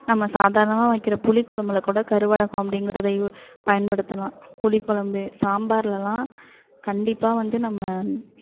நம்ம சாதாரணமாக வைக்கிற புளிக்கொழம்புல கூட கருவடகம் அப்படிங்கறது யூ பயன்படுத்தலாம் புளிக்கொழம்பு சாம்பார்லெலாம் கண்டிப்பாக வந்து நம்ம